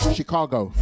Chicago